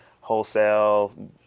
wholesale